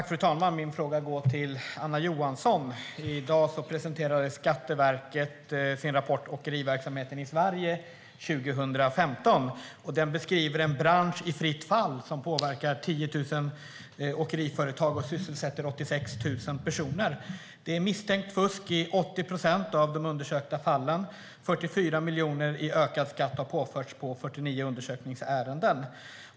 Fru talman! Min fråga går till Anna Johansson. I dag presenterade Skatteverket sin rapport om åkeriverksamheten i Sverige 2015. Den beskriver en bransch i fritt fall som påverkar 10 000 åkeriföretag och sysselsätter 86 000 personer. Det är misstänkt fusk i 80 procent av de undersökta fallen. 44 miljoner i ökad skatt har påförts i 49 undersökningsärenden.